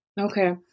Okay